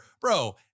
Bro